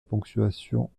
ponctuation